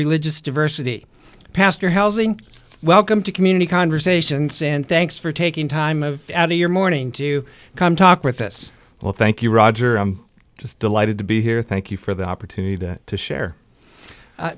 religious diversity pastor housing welcome to community conversations and thanks for taking time of out of your morning to come talk with us well thank you roger i'm just delighted to be here thank you for the opportunity to share